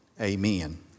Amen